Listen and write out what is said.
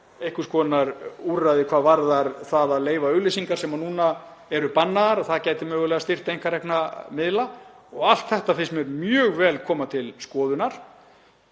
einhvers konar úrræði hvað varðar það að leyfa auglýsingar sem núna eru bannaðar, að það gæti mögulega styrkt einkarekna miðla. Allt þetta finnst mér mjög vel koma til skoðunar